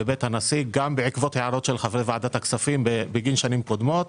בבית הנשיא גם בעקבות הערות של חברי ועדת הכספים בגין שנים קודמות